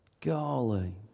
Golly